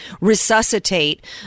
resuscitate